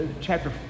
chapter